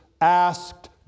asked